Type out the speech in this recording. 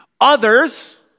Others